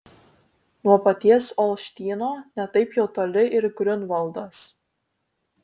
nuo paties olštyno ne taip jau toli ir griunvaldas